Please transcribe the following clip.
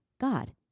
God